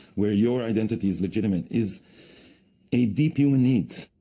where your identity's legitimate is a deep human need.